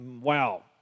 wow